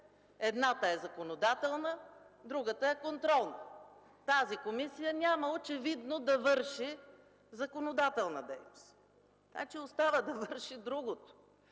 едната е законодателна, а другата е контрол. Тази комисия очевидно няма да върши законодателна дейност. Остава да върши другото.